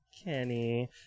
Kenny